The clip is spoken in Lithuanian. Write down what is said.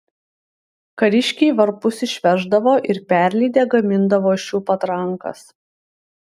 kariškiai varpus išveždavo ir perlydę gamindavo iš jų patrankas